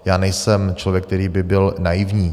Já nejsem člověk, který by byl naivní.